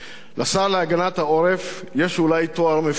לשר להגנת העורף יש אולי תואר מפואר,